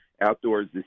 outdoors